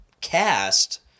cast